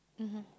mmhmm